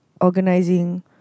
organizing